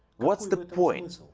what's the point?